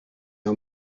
are